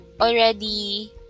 already